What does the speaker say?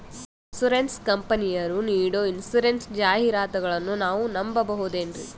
Insurance ಕಂಪನಿಯರು ನೀಡೋ insurance ಜಾಹಿರಾತುಗಳನ್ನು ನಾವು ನಂಬಹುದೇನ್ರಿ?